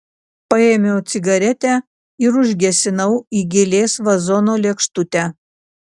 paėmiau cigaretę ir užgesinau į gėlės vazono lėkštutę